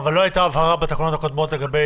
אבל לא הייתה הבהרה בתקנות הקודמות לגבי